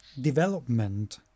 development